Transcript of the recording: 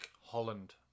Holland